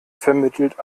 vermittelt